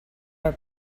our